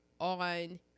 on